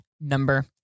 number